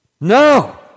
No